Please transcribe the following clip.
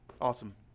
Awesome